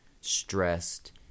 stressed